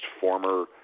former